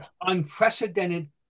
unprecedented